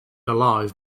alive